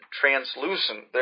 translucent